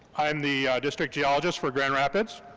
i'm the district geologist for grand rapids.